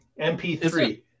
MP3